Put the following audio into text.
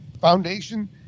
foundation